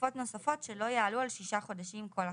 בתקופות נוספות שלא יעלו על שישה חודשים כל אחת.